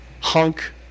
hunk